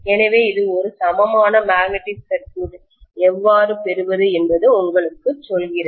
எனவே இது ஒரு சமமான மேக்னெட்டிக் சர்க்யூட் எவ்வாறு பெறுவது என்பதை உங்களுக்குச் சொல்கிறது